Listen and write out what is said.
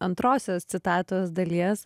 antrosios citatos dalies